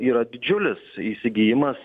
yra didžiulis įsigijimas